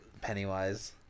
Pennywise